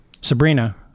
Sabrina